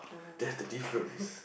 that's the difference